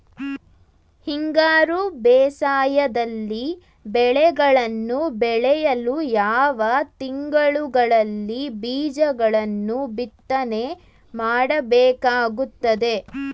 ಹಿಂಗಾರು ಬೇಸಾಯದಲ್ಲಿ ಬೆಳೆಗಳನ್ನು ಬೆಳೆಯಲು ಯಾವ ತಿಂಗಳುಗಳಲ್ಲಿ ಬೀಜಗಳನ್ನು ಬಿತ್ತನೆ ಮಾಡಬೇಕಾಗುತ್ತದೆ?